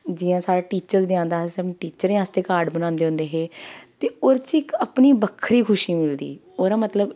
जि'यां साढ़े teachers day आंदा अस टीचर्स आस्तै कार्ड बनांदे होंदे हे ते ओह्दे च इक अपनी बक्खरी खुशी मिलदी ओह्दा मतलब